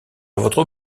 votre